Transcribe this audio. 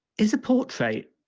is a portrait,